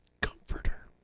comforter